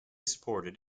supported